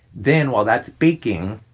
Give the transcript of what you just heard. then, while that's baking,